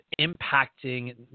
impacting